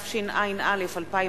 התשע"א 2011,